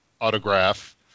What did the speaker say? Autograph